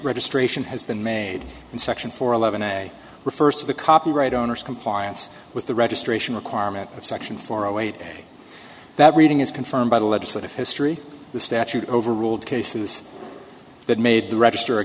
registration has been made in section four eleven a refers to the copyright owners compliance with the registration requirement of section four zero eight that reading is confirmed by the legislative history the statute overruled cases that made the register a